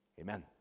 Amen